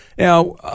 Now